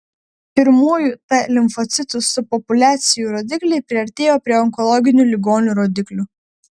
pirmųjų t limfocitų subpopuliacijų rodikliai priartėjo prie onkologinių ligonių rodiklių